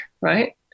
right